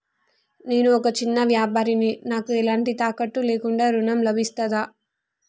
నేను ఒక చిన్న వ్యాపారిని నాకు ఎలాంటి తాకట్టు లేకుండా ఋణం లభిస్తదా?